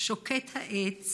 שוקט העץ